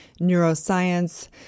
neuroscience